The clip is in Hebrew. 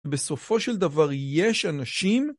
בסופו של דבר יש אנשים